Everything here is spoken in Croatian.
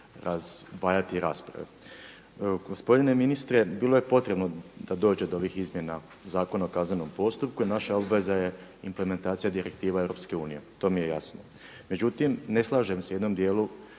razdvajati rasprave. Gospodine ministre, bilo je potrebno da dođe do ovih izmjena Zakona o kaznenom postupku i naša obveza je implementacija direktiva EU, to mi je jasno. Međutim ne slažem se u jednom dijelu